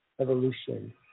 evolution